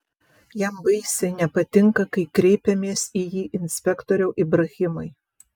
jam baisiai nepatinka kai kreipiamės į jį inspektoriau ibrahimai